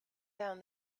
down